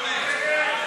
התאמת תוכניות ישנות),